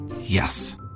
Yes